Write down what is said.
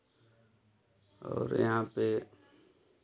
और यहाँ पे